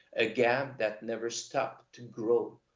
a gap that never stopped to grow,